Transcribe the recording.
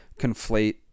conflate